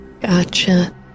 gotcha